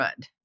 good